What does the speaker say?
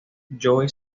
joey